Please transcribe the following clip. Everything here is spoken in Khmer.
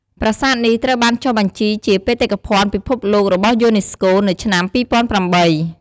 ប្រាសាទនេះត្រូវបានចុះបញ្ជីជាបេតិកភណ្ឌពិភពលោករបស់យូណេស្កូ នៅឆ្នាំ ២០០៨។